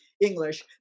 English